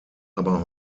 aber